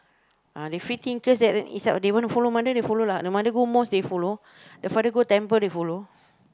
uh they free thinkers that decide what they wanna follow mother they follow lah the mother go mosque they follow the father go temple they follow